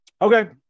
okay